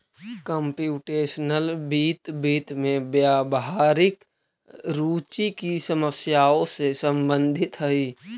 computational वित्त, वित्त में व्यावहारिक रुचि की समस्याओं से संबंधित हई